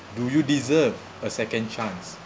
do you deserve a second chance